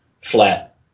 Flat